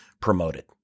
promoted